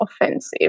offensive